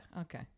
Okay